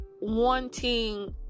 wanting